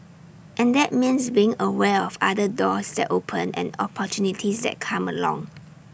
and that means being aware of other doors that open and opportunities that come along